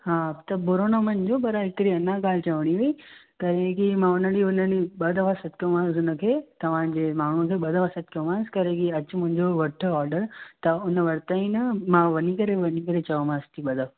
हा त बुरो न मञिजो पर हिकिड़ी अञा ॻाल्हि चवणी हुई त जेकी मां हुन ॾींहुं हुन ॾींहुं ॿ दफ़ा सॾु कयोमांसि हुनखे तव्हांजे माण्हू खे ॿ दफ़ा सॾु कयोमांसि करे की अचु मुंहिंजो वठु ऑडर त हुन वरितांई न मां वरी करे वञी करे चयोमांसि कि ॿ दफ़ा